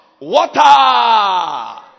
water